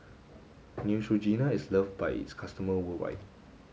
Neutrogena is loved by its customer worldwide